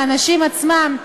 לאנשים עצמם,